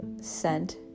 scent